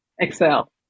Excel